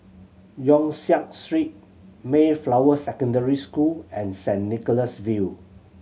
Yong Siak Street Mayflower Secondary School and Saint Nicholas View